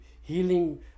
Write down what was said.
healing